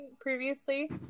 previously